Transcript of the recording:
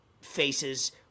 faces